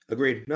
Agreed